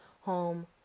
home